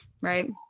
right